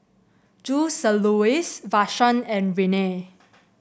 Joseluis Vashon and Renea